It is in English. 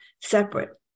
separate